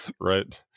Right